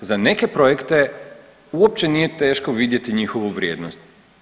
Mi za neke projekte uopće nije teško vidjeti njihovu vrijednost.